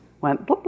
went